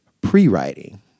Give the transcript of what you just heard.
pre-writing